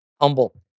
humble